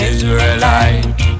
Israelite